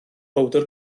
powdr